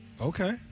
Okay